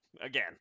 again